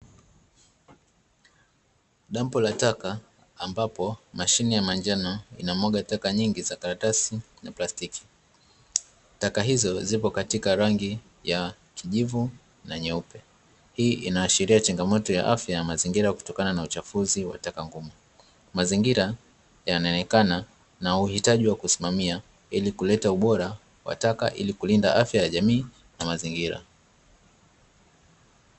Dampo la taka ambapo mashine ya manjano inamwaga taka nyingi za karatasi na plastiki. Taka hizo zipo katika rangi ya kijivu na nyeupe. Hii inaashiria changamoto ya afya ya mazingira kutokana na uchafuzi wa taka ngumu. Mazingira yanaonekana na uhitaji wa kusimamia, ili kuleta ubora wa taka ili kulinda afya ya jamii kwa mazingira.